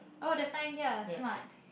oh the sign here smart